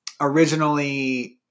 originally